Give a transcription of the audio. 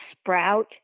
Sprout